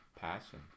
Passion